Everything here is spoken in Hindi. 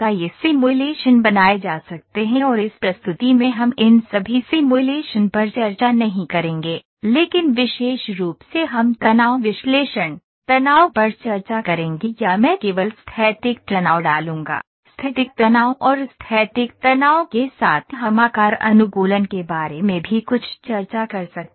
ये सिमुलेशन बनाए जा सकते हैं और इस प्रस्तुति में हम इन सभी सिमुलेशन पर चर्चा नहीं करेंगे लेकिन विशेष रूप से हम तनाव विश्लेषण तनाव पर चर्चा करेंगे या मैं केवल स्थैतिक तनाव डालूंगा स्थैतिक तनाव और स्थैतिक तनाव के साथ हम आकार अनुकूलन के बारे में भी कुछ चर्चा कर सकते हैं